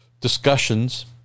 discussions